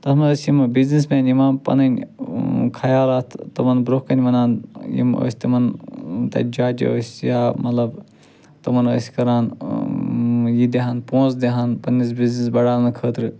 تَتھ منٛز ٲسۍ یِمہٕ بِزنیٚس مین یِوان پَنٕنۍ خیالات تِمَن برٛۄنٛہہ کَنہِ وَنان یِم ٲسۍ تِمَن تَتہِ جَج ٲسۍ یا مطلب تِمَن ٲسۍ کران یہِ دِہان پونٛسہٕ دِہان پَننِس بِزنیٚس بڑھاونہٕ خٲطرٕ